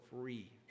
free